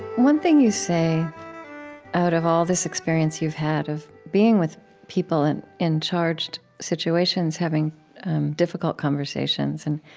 one thing you say out of all this experience you've had of being with people in in charged situations having difficult conversations and